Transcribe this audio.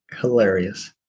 hilarious